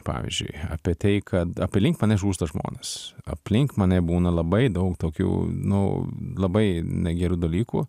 pavyzdžiui apie tai kad aplink mane žūsta žmonės aplink mane būna labai daug tokių nu labai negerų dalykų